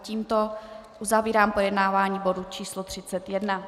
Tímto uzavírám projednávání bodu číslo 31.